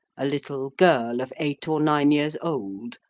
a little girl of eight or nine years old.